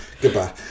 goodbye